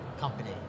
company